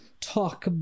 talk